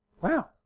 wow